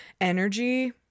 energy